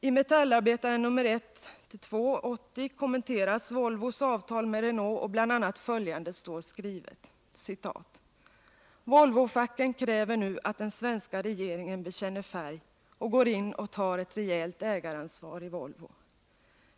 I Metallarbetaren nr 1-2 för 1980 kommenteras Volvos avtal med Renault, och bl.a. följande står skrivet: ”Volvofacken kräver nu att den svenska regeringen bekänner färg och går in och tar ett rejält ägaransvar i Volvo.